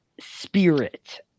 spirit